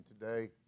today